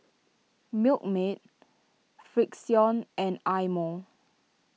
Milkmaid Frixion and Eye Mo